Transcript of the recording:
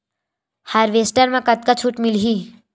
Harvester म कतका छूट मिलही?